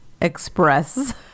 express